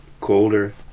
colder